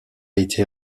été